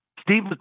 Steve